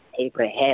Abraham